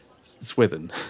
swithin